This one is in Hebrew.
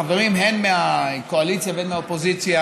חברים הן מהקואליציה והן מהאופוזיציה,